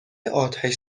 آتش